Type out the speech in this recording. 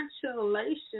Congratulations